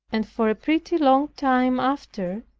and for a pretty long time after,